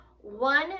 one